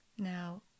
Now